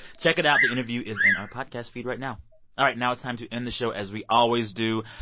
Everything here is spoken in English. check it out the interview is in our podcast feed right now. all right. now it's time to end the show as we always do.